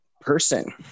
person